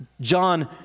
John